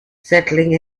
settling